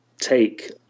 take